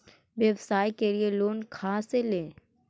व्यवसाय के लिये लोन खा से ले?